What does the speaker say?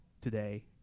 today